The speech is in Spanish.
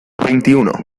veintiuno